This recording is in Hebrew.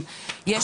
יש